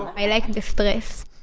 i like the stress.